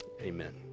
Amen